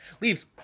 leaves